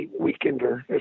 Weekender